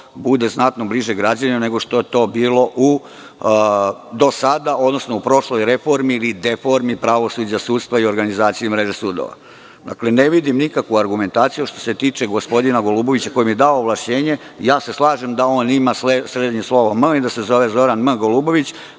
bude znatno bliže građanima, nego što je to bilo do sada, odnosno u prošloj reformi ili deformi pravosuđa, sudstva i organizacije i mreže sudova. Dakle, ne vidim nikakvu argumentaciju što se tiče gospodina Golubovića, koji mi je dao ovlašćenje. Slažem se da on ima srednje slovo M i da se zove Zoran M. Golubović,